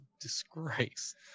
disgrace